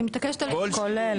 כולל.